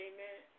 Amen